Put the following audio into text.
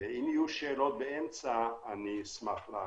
ואם יהיו שאלות אשמח לענות.